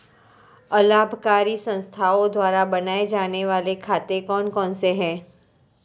अलाभकारी संस्थाओं द्वारा बनाए जाने वाले खाते कौन कौनसे हैं?